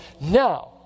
Now